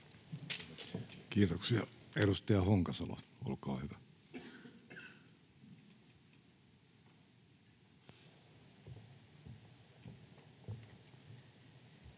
Kiitoksia. — Edustaja Honkasalo, olkaa hyvä.